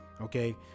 Okay